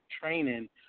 training